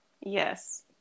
yes